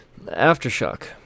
Aftershock